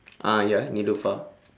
ah ya neelofa